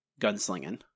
gunslinging